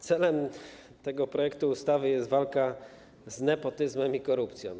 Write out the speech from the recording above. Celem tego projektu ustawy jest walka z nepotyzmem i korupcją.